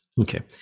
Okay